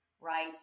right